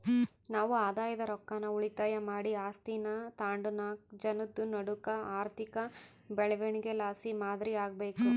ನಾವು ಆದಾಯದ ರೊಕ್ಕಾನ ಉಳಿತಾಯ ಮಾಡಿ ಆಸ್ತೀನಾ ತಾಂಡುನಾಕ್ ಜನುದ್ ನಡೂಕ ಆರ್ಥಿಕ ಬೆಳವಣಿಗೆಲಾಸಿ ಮಾದರಿ ಆಗ್ಬಕು